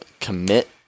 Commit